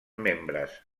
membres